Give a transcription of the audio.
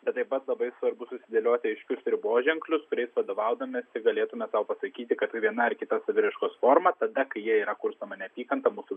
bet taip pat labai svarbu susidėlioti aiškius riboženklius kuriais vadovaudamiesi galėtume sau pasakyti kad tai viena ar kita saviraiškos forma tada tada kai ja yra kurstoma neapykanta mūsų